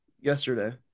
Yesterday